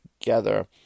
together